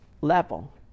level